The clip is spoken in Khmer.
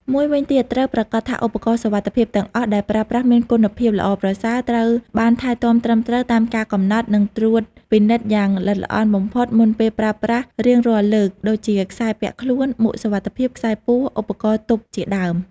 មួយវិញទៀត ត្រូវប្រាកដថាឧបករណ៍សុវត្ថិភាពទាំងអស់ដែលប្រើប្រាស់មានគុណភាពល្អប្រសើរ ត្រូវបានថែទាំត្រឹមត្រូវតាមការកំណត់ និងត្រួតពិនិត្យយ៉ាងល្អិតល្អន់បំផុតមុនពេលប្រើប្រាស់រៀងរាល់លើក ដូចជាខ្សែពាក់ខ្លួន មួកសុវត្ថិភាព ខ្សែពួរ ឧបករណ៍ទប់ជាដើម។